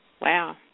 wow